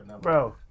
Bro